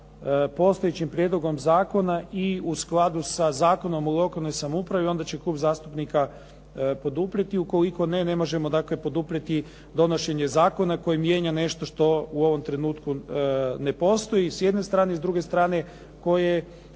postojećim prijedlogom zakona i u skladu sa Zakonom o lokalnoj samoupravi, onda će Klub zastupnika poduprijeti. Ukoliko ne, ne možemo dakle poduprijeti donošenje zakona koji mijenja nešto što u ovom trenutku ne postoji s jedne strane i s druge strane, koje